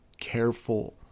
careful